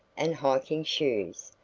and hiking shoes,